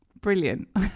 Brilliant